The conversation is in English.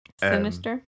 sinister